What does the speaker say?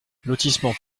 lotissement